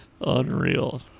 unreal